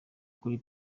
kuri